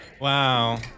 Wow